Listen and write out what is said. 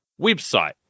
website